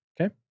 Okay